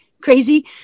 crazy